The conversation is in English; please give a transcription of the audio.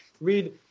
read